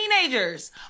teenagers